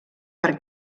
per